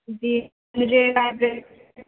جی مجھے لائبریری